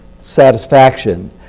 satisfaction